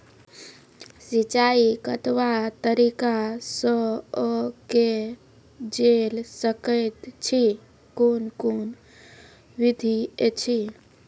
सिंचाई कतवा तरीका सअ के जेल सकैत छी, कून कून विधि ऐछि?